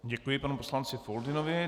Děkuji panu poslanci Foldynovi.